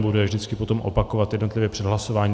Budu je vždycky potom opakovat jednotlivě před hlasováním.